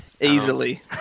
easily